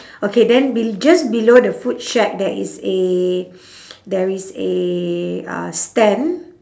okay then bel~ just below the food shack there is a there is a uh stand